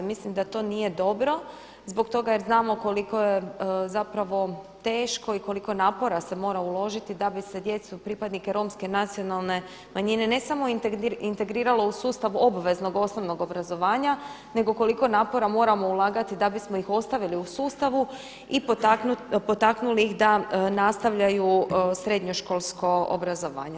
Mislim da to nije dobro zbog toga jer znamo koliko je zapravo teško i koliko napora se mora uložiti da bi se djecu pripadnike Romske nacionalne manjine ne samo integriralo u sustav obveznog osnovnog obrazovanja nego koliko napora moramo ulagati da bismo ih ostavili u sustavu i potaknuli ih da nastavljaju srednjoškolsko obrazovanje.